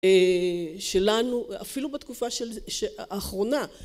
שלנו אפילו בתקופה האחרונה